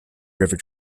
river